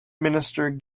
minister